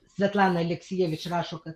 svetlana aleksijievič rašo kad